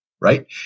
right